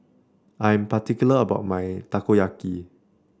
I am particular about my Takoyaki